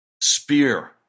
spear